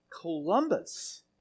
Columbus